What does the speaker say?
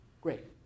Great